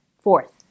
Fourth